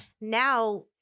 now